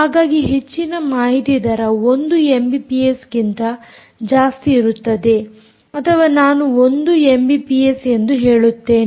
ಹಾಗಾಗಿ ಹೆಚ್ಚಿನ ಮಾಹಿತಿ ದರ 1 ಎಮ್ಬಿಪಿಎಸ್ಗಿಂತ ಜಾಸ್ತಿ ಇರುತ್ತದೆ ಅಥವಾ ನಾನು 1 ಎಮ್ಬಿಪಿಎಸ್ಎಂದು ಹೇಳುತ್ತೇನೆ